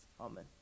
Amen